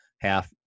half